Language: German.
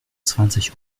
zwanzig